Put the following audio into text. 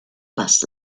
bus